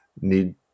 need